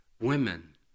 women